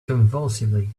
convulsively